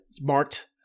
marked